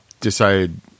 decided